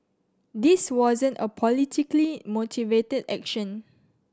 this wasn't a politically motivated action